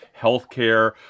healthcare